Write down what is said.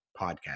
podcast